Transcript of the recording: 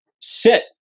sit